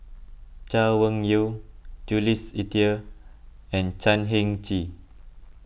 Chay Weng Yew Jules Itier and Chan Heng Chee